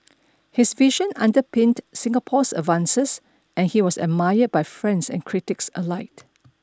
his vision underpinned Singapore's advances and he was admired by friends and critics alike